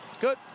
Good